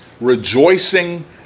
rejoicing